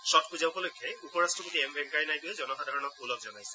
ষট্ পূজা উপলক্ষে উপ ৰাট্টপতি এম ভেংকায়া নাইডুৱে জনসাধাৰণক ওলগ জনাইছে